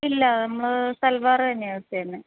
ഇല്ല നമ്മള് സൽവാർ തന്നെയാണ് യൂസ് ചെയ്യുന്നത്